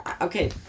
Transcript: Okay